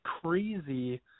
crazy